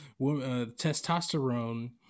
testosterone